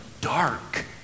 dark